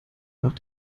nach